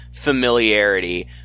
familiarity